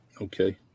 Okay